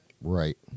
Right